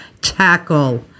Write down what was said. tackle